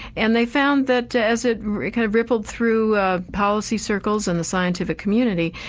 and they found that as it kind of rippled through policy circles and the scientific community,